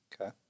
Okay